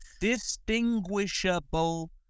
Distinguishable